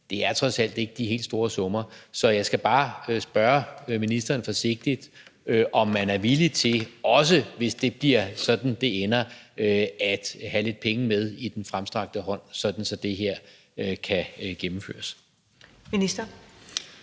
Det er trods alt ikke de helt store summer. Så jeg skal bare forsigtigt spørge ministeren, om man er villig til, hvis det bliver sådan, det her ender, også at have lidt penge med i den fremstrakte hånd, så det her kan gennemføres. Kl.